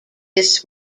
this